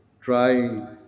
try